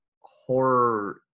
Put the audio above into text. horror